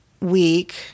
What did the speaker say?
week